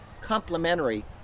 complementary